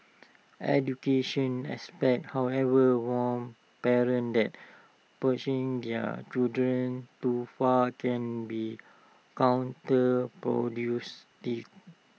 education aspect however warn parents that pushing their children too far can be counter produce